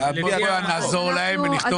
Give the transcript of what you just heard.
בוא נעזור להם ונכתוב